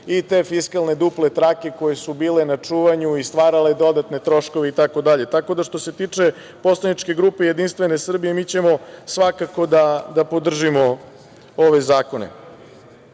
i te fiskalne duple trake koje su bile na čuvanju i stvarale dodatne troškove itd. Tako da, što se tiče poslaničke grupe JS, mi ćemo svakako da podržimo ovaj